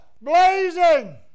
blazing